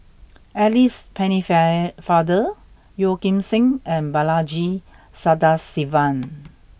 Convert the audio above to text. Alice Penne Fire Father Yeo Kim Seng and Balaji Sadasivan